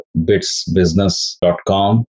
bitsbusiness.com